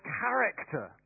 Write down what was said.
character